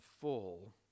full